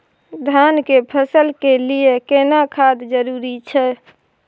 धान के फसल के लिये केना खाद जरूरी छै?